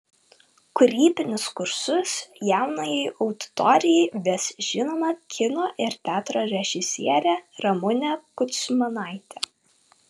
kūrybinius kursus jaunajai auditorijai ves žinoma kino ir teatro režisierė ramunė kudzmanaitė